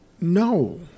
no